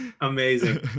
Amazing